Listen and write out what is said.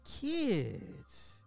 kids